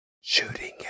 Shooting